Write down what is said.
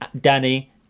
Danny